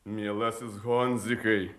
mielasis honzikai